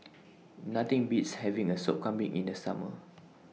Nothing Beats having A Sup Kambing in The Summer